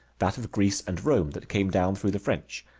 that of greece and rome that came down through the french.